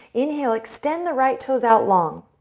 inhale, extent the right toes out long.